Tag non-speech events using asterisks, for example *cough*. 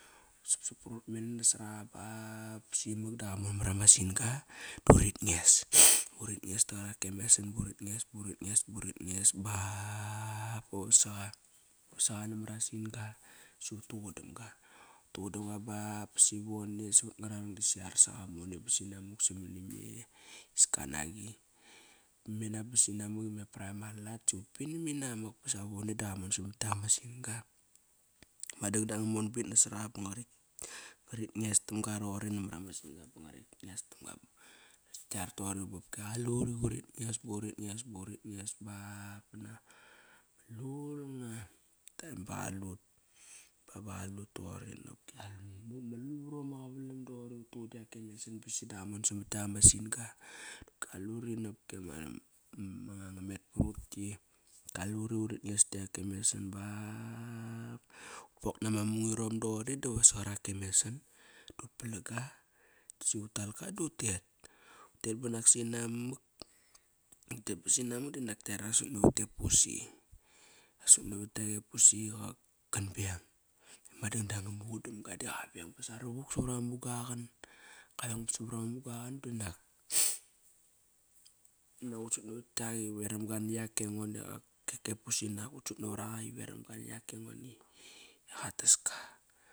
Sapsap prut mena nasoraqa ba ba simak da qamon mar ama sin-ga, *noise* duri nges, uri nges taqak e mesan burit nges, burit nges burit nges ba ba vasa qa, vasaqa namar a sin-ga si utuqadamga. Utuqudam ga bap basi vone savat ngararang dasi arsaqa mone ba sina muk samani me iska naqi Mena ba sinamuk i me praem alat siut pinam inamak ba savav vone da qamon samat tak ama sin-ga Ma dangdang nga mon bit nasar aqa. Ba ngarit nges tamga roqori namar ama sin-ga ba ngarit nges tamga *unintelligible* bopki qaluri vaurit nges burit nges, burit nges ba banak, lul nga taem ba qalut baba ba qalut toqori nopkias ama lul varom ma qavalam doqori utuquda yak e mesan ba sida qamon samat tak ama sin-ga Kaluri, nopki ama, manga ngamet prut ki kaluri urit nges tiak e mesan ba but pok nama mungirom doqori da vasa qarak e mesan dut palang ga, dasi utal ka dosi utet Utet banak sinamak, tet ba sinamak dinak tara sut navat e pusi. Rasut navat e pusi iqak kan beng. Ma dangdang nga muqundamga da qaveng ba sara vuk savara ma muga qan kaveng savara ma muga qan danak *noise* qinak ut sut navat kiak i veramga niak e engon iqake pusi navuk, ut sut navar aqa i vevam ga niak e engon i qatas ka.